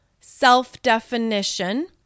self-definition